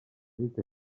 dit